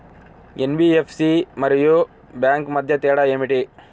NBFC మరియు bank మధ్య తేడా ఏమిటి?